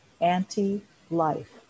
anti-life